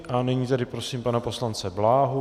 A nyní tedy prosím pana poslance Bláhu.